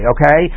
Okay